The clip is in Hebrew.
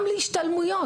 גם להשתלמויות.